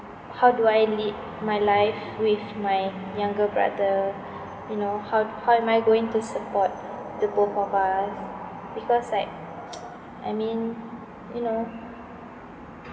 how do I lead my life with my younger brother you know how how am I going to support the both of us because like I mean you know